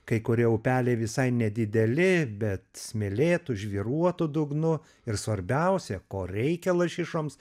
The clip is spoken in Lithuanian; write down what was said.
kai kurie upeliai visai nedideli bet smėlėtu žvyruotu dugnu ir svarbiausia ko reikia lašišoms